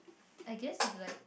I guess is like